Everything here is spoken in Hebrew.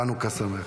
חנוכה שמח.